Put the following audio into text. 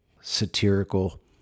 satirical